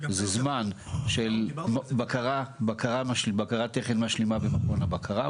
זה זמן של בקרת תכן משלימה במכון הבקרה.